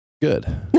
good